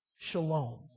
shalom